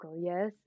yes